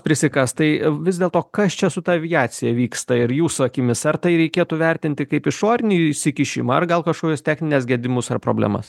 prisikast tai vis dėl to kas čia su ta aviacija vyksta ir jūsų akimis ar tai reikėtų vertinti kaip išorinį įsikišimą ar gal kažkokius technines gedimus ar problemas